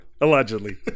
Allegedly